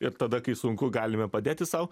ir tada kai sunku galime padėti sau